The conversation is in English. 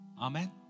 Amen